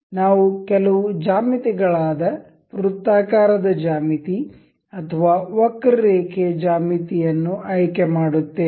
ನಾವು ಕೆಲವು ಜ್ಯಾಮಿತಿಗಳಾದ ವೃತ್ತಾಕಾರದ ಜ್ಯಾಮಿತಿ ಅಥವಾ ವಕ್ರರೇಖೆಯ ಜ್ಯಾಮಿತಿಯನ್ನು ಆಯ್ಕೆ ಮಾಡುತ್ತೇವೆ